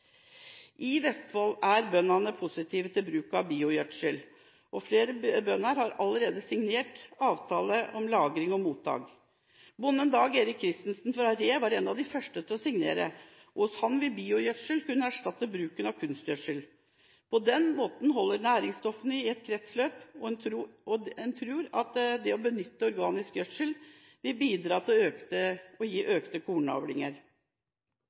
I Vestfold er bøndene positive til bruk av biogjødsel, og flere bønder har allerede signert avtale om lagring og mottak. Bonden Dag Erik Kristensen fra Re var en av de første til å signere, og hos ham vil biogjødsel kunne erstatte bruken av kunstgjødsel. På den måten holdes næringsstoffene i et kretsløp, og en tror at det å benytte organisk gjødsel vil bidra til å gi økte kornavlinger.